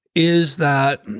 is that